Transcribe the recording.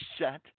set